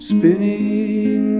Spinning